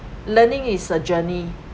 learning is a journey